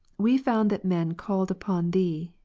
we found that men called upon thee,